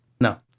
no